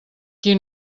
qui